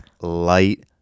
light